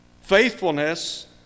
Faithfulness